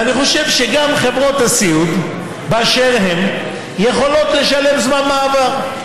ואני חושב שגם חברות הסיעוד באשר הן יכולות לשלם זמן מעבר.